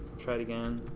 try it again,